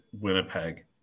Winnipeg